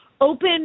open